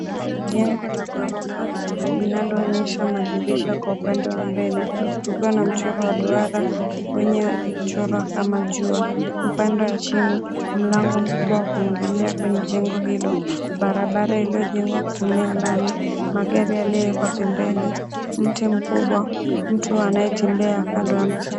Jengo la gorofa linalo onyesha madirisha kwa upande wa mbele, ukiwa na mchoro wa duara, iliochoro kama jua, upande wa chini, mlango mkubwa wa kuingilia kwenye jengo hilo. Barabara iliojengwa kutumia lami, magari yaliyoekwa pembeni, mti mkubwa, mtu anayetembea kando ya mti.